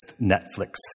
Netflix